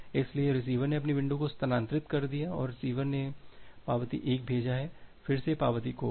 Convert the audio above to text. इसलिए रिसीवर ने अपनी विंडो को स्थानांतरित कर दिया है और रिसीवर ने पावती 1 भेजा है फिर से यह पावती खो गई